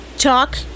Talk